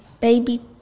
baby